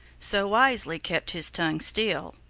so wisely kept his tongue still.